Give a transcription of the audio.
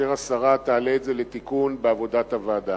כאשר השרה תעלה את זה לתיקון בעבודת הוועדה.